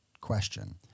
question